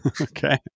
Okay